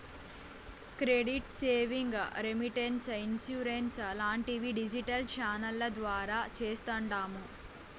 credit savings, remittance, insurance లాంటివి digital ఛానెల్ల ద్వారా చేస్తాండాము